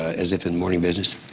as if in morning business.